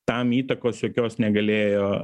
tam įtakos jokios negalėjo